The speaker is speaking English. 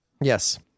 Yes